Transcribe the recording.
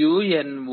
UNO